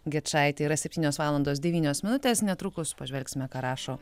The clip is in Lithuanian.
gečaitė yra septynios valandos devynios minutės netrukus pažvelgsime ką rašo